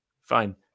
Fine